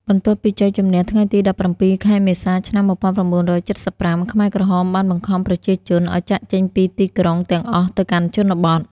បន្ទាប់ពីជ័យជម្នះថ្ងៃទី ១៧ ខែមេសា ឆ្នាំ ១៩៧៥ ខ្មែរក្រហមបានបង្ខំប្រជាជនឱ្យចាកចេញពីទីក្រុងទាំងអស់ទៅកាន់ជនបទ។